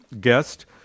guest